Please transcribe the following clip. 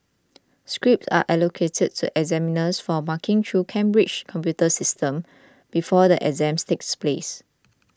scripts are allocated to examiners for marking through Cambridge's computer systems before the exams takes place